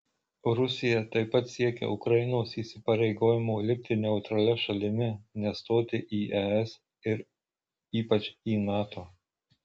rusija taip pat siekia ukrainos įsipareigojimo likti neutralia šalimi nestoti į es ir ypač į nato